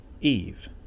Eve